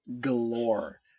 galore